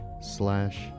slash